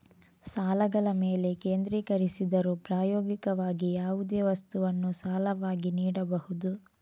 ಸಾಲಗಳ ಮೇಲೆ ಕೇಂದ್ರೀಕರಿಸಿದರೂ, ಪ್ರಾಯೋಗಿಕವಾಗಿ, ಯಾವುದೇ ವಸ್ತುವನ್ನು ಸಾಲವಾಗಿ ನೀಡಬಹುದು